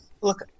Look